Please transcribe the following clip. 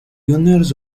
juniors